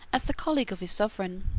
as the colleague of his sovereign.